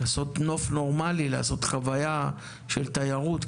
לעשות נוף נורמלי; לעשות חוויה של תיירות.